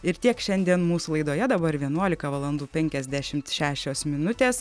ir tiek šiandien mūsų laidoje dabar vienuolika valandų penkiasdešimt šešios minutės